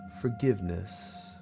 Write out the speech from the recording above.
Forgiveness